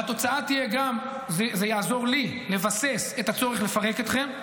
והתוצאה תהיה גם שזה יעזור לי לבסס את הצורך לפרק אתכן,